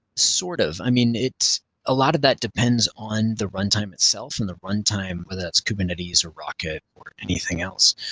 sort of. i mean a ah lot of that depends on the runtime itself and the runtime, whether that's kubernetes or rocket or anything else,